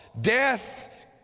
Death